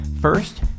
First